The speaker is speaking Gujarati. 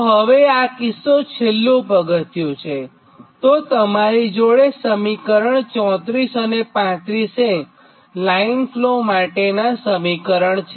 તો હવે આ કિસ્સો છેલ્લું પગથિયું છે તો તમારી જોડે સમીકરણ 34 અને 35 એ લાઇન ફ્લો માટેનાં સમીકરણ છે